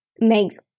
makes